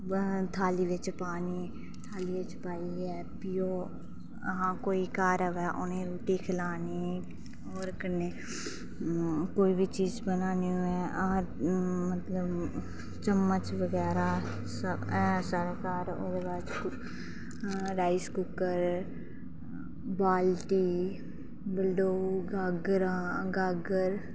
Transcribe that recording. थाली बिै पानी थालियै च पाइयै फी ओह् कोई घर आवे उनेंगी रूट्टी खलानी होर कन्नै कोई बी चीज बनानी होवे मतलब चम्मच बगैरा ऐ साढ़े घर राइस कुक्कर बाल्टी बल्डोह् गागरां गागर